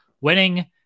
winning